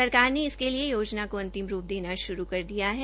सरकार ने इसके लिए योजना को अंतिम रूप देना शुरू कर दिया है